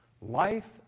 Life